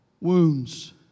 Wounds